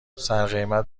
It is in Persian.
سرقیمت